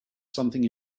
something